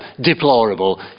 deplorable